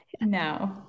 no